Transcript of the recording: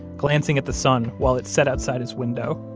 glancing at the sun while it set outside his window,